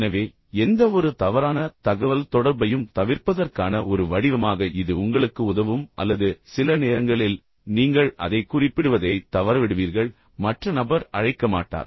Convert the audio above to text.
எனவே எந்தவொரு தவறான தகவல்தொடர்பையும் தவிர்ப்பதற்கான ஒரு வடிவமாக இது உங்களுக்கு உதவும் அல்லது சில நேரங்களில் நீங்கள் அதைக் குறிப்பிடுவதைத் தவறவிடுவீர்கள் மற்ற நபர் அழைக்க மாட்டார்